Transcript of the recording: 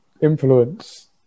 influence